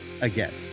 again